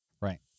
right